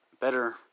better